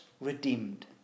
redeemed